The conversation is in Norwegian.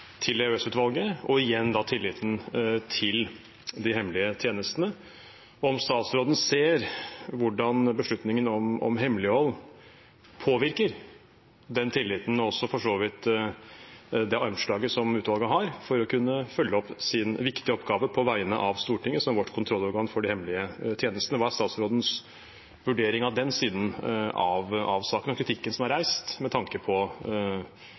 til EOS-utvalget og igjen tilliten til de hemmelige tjenestene. Ser statsråden hvordan beslutningen om hemmelighold påvirker den tilliten og for så vidt også det armslaget utvalget har for å kunne følge opp sin viktige oppgave på vegne av Stortinget – som vårt kontrollorgan for de hemmelige tjenestene? Hva er statsrådens vurdering av den siden av saken og av kritikken som er reist, med tanke på